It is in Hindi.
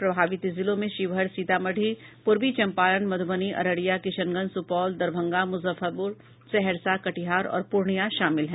प्रभावित जिलों में शिवहर सीतामढ़ी पूर्वी चम्पारण मध्रबनी अररिया किशनगंज सुपौल दरभंगा मुजफ्फरपुर सहरसा कटिहार और पूर्णियां शामिल हैं